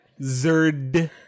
Zerd